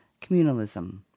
Communalism